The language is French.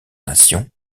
nation